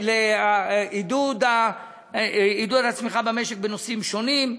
לעידוד הצמיחה במשק בנושאים שונים,